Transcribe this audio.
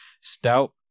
stout